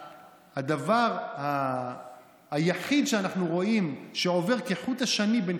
והדבר היחיד שאנחנו רואים שעובר כחוט השני בין